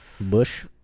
bush